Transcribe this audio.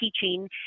teaching